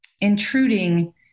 intruding